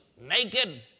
naked